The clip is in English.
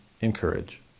encourage